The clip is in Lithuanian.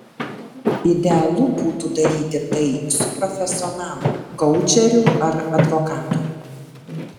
idealu būtų daryti tai su profesionalu koučeriu ar advokatu